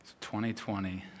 2020